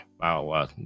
Wow